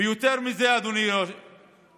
ויותר מזה, אדוני היושב-ראש,